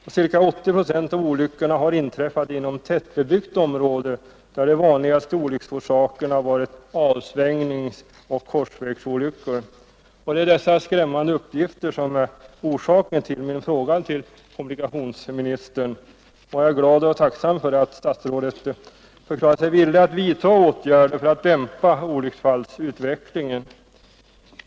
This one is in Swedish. Närmare 80 procent av olyckorna inträffade inom tätbebyggt område, och de flesta var avsvängningsoch korsvägsolyckor. Det var dessa skrämmande uppgifter som var orsaken till min fråga till kommunikationsministern. Jag är glad och tacksam över att statsrådet förklarat sig villig att vidta åtgärder för att dämpa olycksfallsutvecklingen.